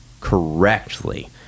correctly